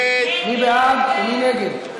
מי בעד ומי נגד?